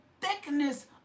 thickness